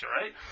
right